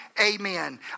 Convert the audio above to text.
amen